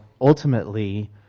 ultimately